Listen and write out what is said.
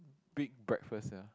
big breakfast sia